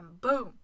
boom